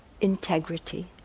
integrity